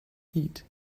heat